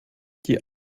die